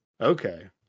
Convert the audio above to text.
Okay